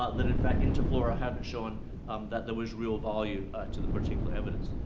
ah that, in fact, interflora hadn't shown um that there was real value to the particular evidence.